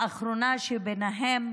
האחרונה שבהן,